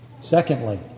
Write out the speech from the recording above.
Secondly